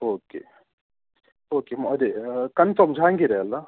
okay ಓಕೆಮ ಅದೇ confirm ಜಹಾಂಗೀರೆ ಅಲ್ವ